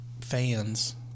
fans